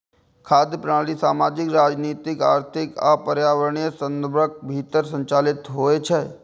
खाद्य प्रणाली सामाजिक, राजनीतिक, आर्थिक आ पर्यावरणीय संदर्भक भीतर संचालित होइ छै